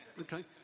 Okay